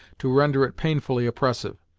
to render it painfully oppressive.